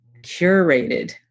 curated